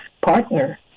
partner